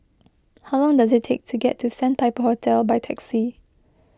how long does it take to get to Sandpiper Hotel by taxi